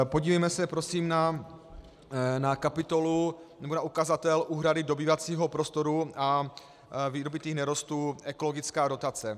Podívejme se, prosím, na kapitolu nebo na ukazatel úhrady dobývacího prostoru a vydobytých nerostů ekologická dotace.